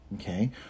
Okay